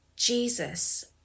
Jesus